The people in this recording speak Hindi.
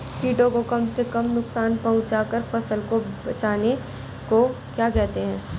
कीटों को कम से कम नुकसान पहुंचा कर फसल को बचाने को क्या कहते हैं?